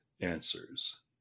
answers